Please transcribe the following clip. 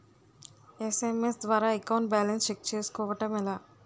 SMS ద్వారా account balance check చేసుకోవటం ఎలా?